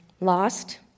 lost